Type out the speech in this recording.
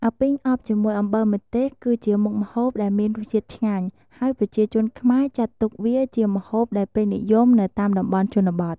អាពីងអប់ជាមួយអំបិលម្ទេស គឺជាមុខម្ហូបដែលមានរសជាតិឆ្ងាញ់ ហើយប្រជាជនខ្មែរចាត់ទុកវាជាម្ហូបដែលពេញនិយមនៅតាមតំបន់ជនបទ។